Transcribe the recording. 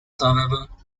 however